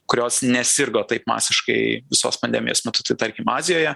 kurios nesirgo taip masiškai visos pandemijos metu tai tarkim azijoje